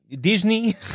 Disney